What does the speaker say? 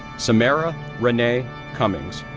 samara renee cummings,